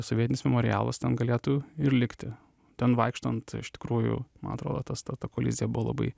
suvietinis memorialas ten galėtų ir likti ten vaikštant iš tikrųjų man atrodo tas ta kolizija buvo labai